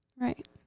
Right